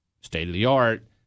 state-of-the-art